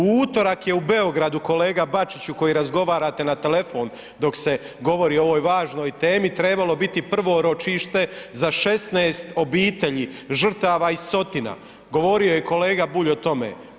U utorak je u Beogradu kolega Bačiću, koji razgovarate na telefon dok se govori o ovoj važnoj temi, trebalo biti prvo ročište za 16 obitelji žrtava iz Sotina, govorio je kolega Bulj o tome.